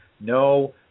no